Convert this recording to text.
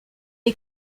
est